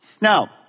Now